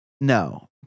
no